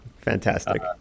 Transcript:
Fantastic